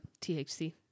THC